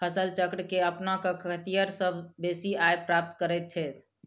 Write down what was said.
फसल चक्र के अपना क खेतिहर सभ बेसी आय प्राप्त करैत छथि